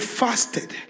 fasted